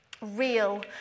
real